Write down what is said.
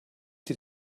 sie